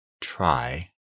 Try